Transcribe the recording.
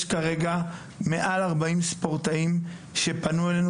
יש כרגע מעל 40 ספורטאים שפנו אלינו